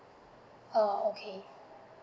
err okay